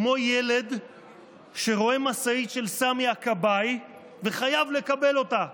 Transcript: כמו ילד שרואה משאית של סמי הכבאי וחייב לקבל אותה.